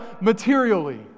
materially